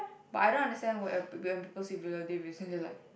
but I don't understand when when people say they're like